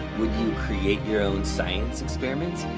would you create your own science experiments?